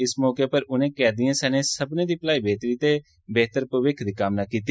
इस मौके उप्पर उनें कैदियें सनें सब्मने दी भलाई बेह्तरी ते बेह्तर भविक्ख दी कामना कीती